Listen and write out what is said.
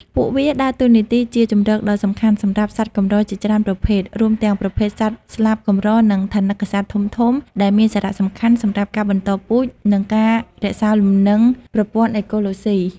ពួកវាដើរតួនាទីជាជម្រកដ៏សំខាន់សម្រាប់សត្វកម្រជាច្រើនប្រភេទ រួមទាំងប្រភេទសត្វស្លាបកម្រ និងថនិកសត្វធំៗ ដែលមានសារៈសំខាន់សម្រាប់ការបន្តពូជ និងការរក្សាលំនឹងប្រព័ន្ធអេកូឡូស៊ី។